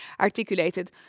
articulated